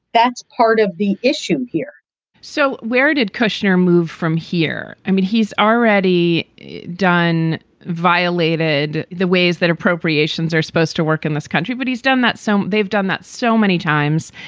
that's part of the issue here so where did kushner move from here? i mean, he's already done violated the ways that appropriations are supposed to work in this country, but he's done that. so they've done that so many times.